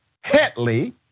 Hetley